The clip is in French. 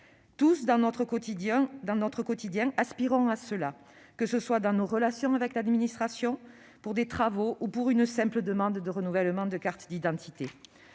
tous, dans notre quotidien, nous aspirons à cela, que ce soit dans nos relations avec l'administration, pour des travaux ou pour une simple demande de renouvellement de carte d'identité.